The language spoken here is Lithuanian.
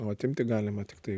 o atimti galima tiktai